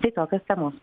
tai tokios temos